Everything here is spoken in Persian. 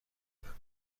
دارم